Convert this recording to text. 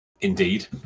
indeed